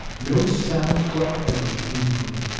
no sound whatever came from it.